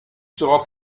sera